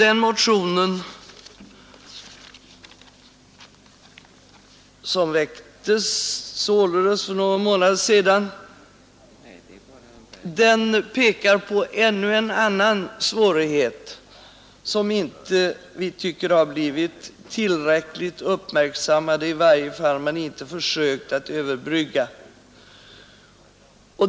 Den motionen, som väcktes för någon månad sedan, pekar på ännu en svårighet som vi inte tycker har blivit tillräckligt uppmärksammad — i varje fall har man inte försökt att överbrygga den.